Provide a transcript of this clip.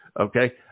okay